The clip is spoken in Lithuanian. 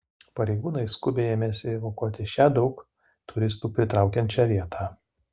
pareigūnai skubiai ėmėsi evakuoti šią daug turistų pritraukiančią vietą